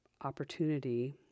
opportunity